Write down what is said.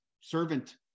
servant